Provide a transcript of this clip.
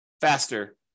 faster